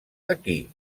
aquí